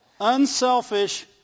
unselfish